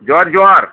ᱡᱚᱦᱟᱨ ᱡᱚᱦᱟᱨ